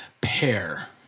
pair